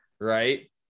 Right